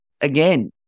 again